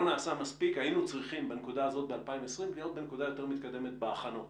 היינו צריכים בנקודה הזו ב-2020 להיות בנקודה יותר מתקדמת בהכנות